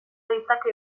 ditzake